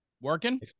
working